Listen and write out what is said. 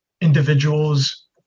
individuals